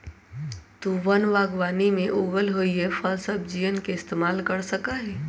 तु वन बागवानी में उगल होईल फलसब्जियन के इस्तेमाल कर सका हीं